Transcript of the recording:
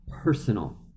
personal